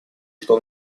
что